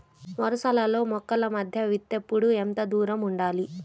వరసలలో మొక్కల మధ్య విత్తేప్పుడు ఎంతదూరం ఉండాలి?